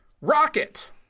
Rocket